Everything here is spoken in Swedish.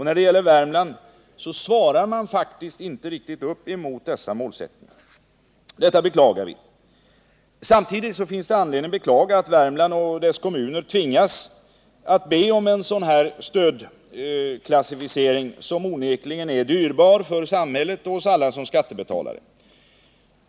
När det gäller Värmland följer man dock inte upp med en tillämpning av dessa målsättningar. Detta beklagar vi. Samtidigt finns det anledning att vara besviken över att Värmland och dess kommuner tvingas be om en sådan stödklassificering, som onekligen är kostsam för samhället och för oss alla som skattebetalare.